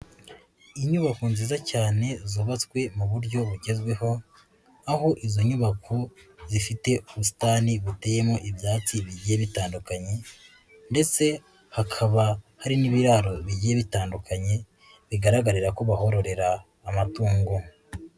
Inyubako nziza cyane zubatswe mu buryo bugezweho, aho izo nyubako zifite ubusitani buteyemo ibyatsi bigiye bitandukanye ndetse hakaba hari n'ibiraro bigiye bitandukanye bigaragarira ko bahororera amatungo.